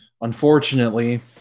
unfortunately